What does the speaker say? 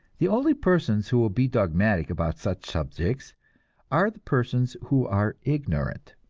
the only persons who will be dogmatic about such subjects are the persons who are ignorant.